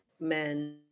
men